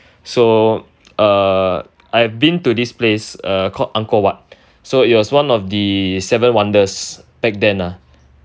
so uh I've been to this place uh called Angkor-Wat so it was one of the seven wonders back then lah